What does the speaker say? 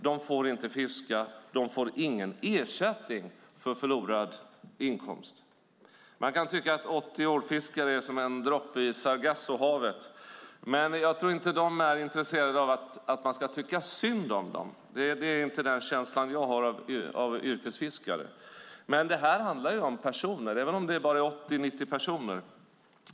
De får inte fiska, men de får ingen ersättning för förlorad inkomst. Man kan tycka att 80 ålfiskare är som en droppe i Sargassohavet, men jag tror inte att fiskarna är så intresserade av att man ska tycka synd om dem. Det är inte den känsla jag har av yrkesfiskare. Men detta handlar om personer, även om det bara är 80-90 personer.